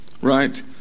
right